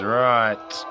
right